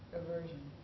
aversion